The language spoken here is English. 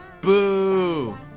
Boo